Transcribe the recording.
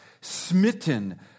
Smitten